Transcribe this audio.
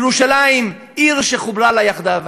ירושלים, עיר שחוברה לה יחדיו.